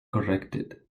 corrected